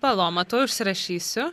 paloma tuoj užsirašysiu